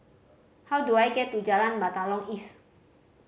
how do I get to Jalan Batalong East